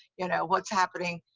you know, what's happening?